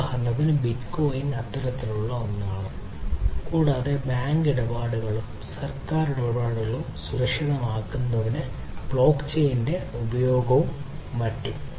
ഉദാഹരണത്തിന് ബിറ്റ്കോയിൻ ഉപയോഗവും മറ്റും